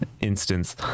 instance